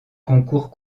concours